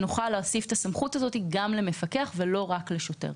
נוכל להוסיף את הסמכות הזאת גם למפקח ולא רק לשוטר.